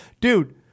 dude